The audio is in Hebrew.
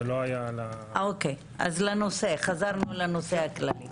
אז חזרנו לנושא הכללי.